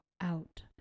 out